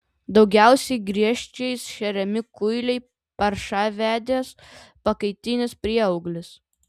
daugiausiai griežčiais šeriami kuiliai paršavedės pakaitinis prieauglis